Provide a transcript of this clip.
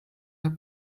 der